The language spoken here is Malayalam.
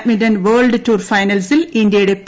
ബാഡ്മിന്റൺ വേൾഡ് ടൂർ ഫൈനൽസിൽ ഇന്ത്യയുടെ പി